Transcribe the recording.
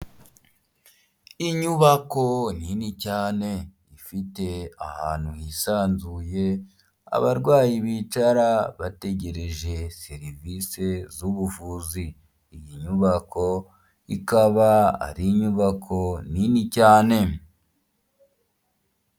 Inyubako nini cyane, ifite ahantu hisanzuye, abarwayi bicara bategereje serivise z'ubuvuzi, iyi nyubako ikaba ari inyubako nini cyane.